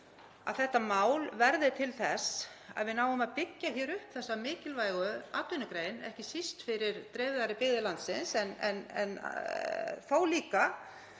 að þetta mál verði til þess að við náum að byggja upp þessa mikilvægu atvinnugrein, ekki síst fyrir dreifðari byggðir landsins en þó líka